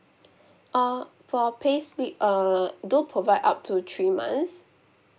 err for payslip uh do provide up to three months